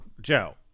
Joe